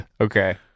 Okay